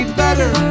better